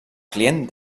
client